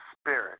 spirit